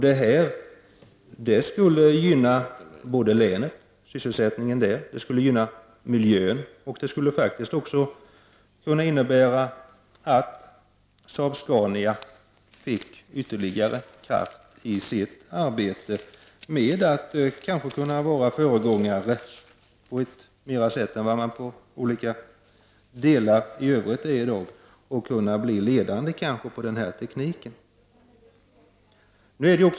Detta skulle gynna både sysselsättningen i länet och miljön, och det skulle även kunna innebära att Saab-Scania fick ytterligare kraft i sitt arbete med att vara föregångare på ett mer framträdande sätt än i dag och kanske bli ledande i fråga om denna teknik.